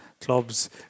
clubs